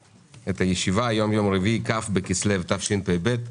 היום יום רביעי, כ' בכסלו התשפ"ב,